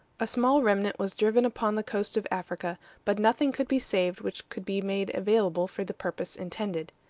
a small remnant was driven upon the coast of africa, but nothing could be saved which could be made available for the purpose intended.